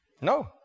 No